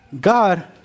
God